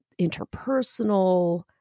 interpersonal